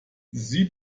sie